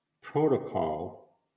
protocol